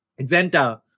Exenta